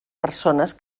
persones